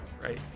right